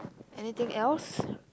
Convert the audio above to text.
anything else